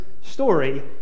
story